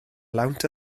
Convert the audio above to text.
lawnt